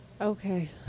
Okay